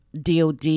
DOD